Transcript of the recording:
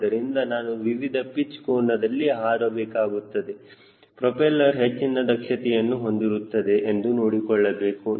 ಆದ್ದರಿಂದ ನಾನು ವಿವಿಧ ಪಿಚ್ ಕೋನದಲ್ಲಿ ಹಾರ ಬೇಕಾಗುತ್ತದೆ ಪ್ರೊಪೆಲ್ಲರ್ ಹೆಚ್ಚಿನ ದಕ್ಷತೆಯನ್ನು ಹೊಂದಿರುತ್ತದೆ ಎಂದು ನೋಡಿಕೊಳ್ಳಬೇಕು